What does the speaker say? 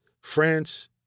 France